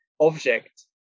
object